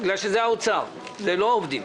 כי זה משרד האוצר, זה לא העובדים.